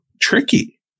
tricky